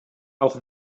auch